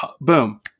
boom